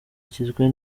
zigizwe